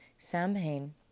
Samhain